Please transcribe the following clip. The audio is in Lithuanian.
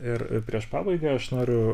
ir prieš pabaigą aš noriu